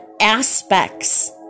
aspects